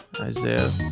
Isaiah